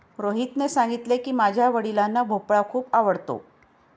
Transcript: रोहितने सांगितले की, माझ्या वडिलांना भोपळा खूप आवडतो